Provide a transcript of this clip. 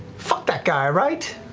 fuck that guy, right?